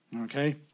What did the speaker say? Okay